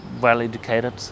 well-educated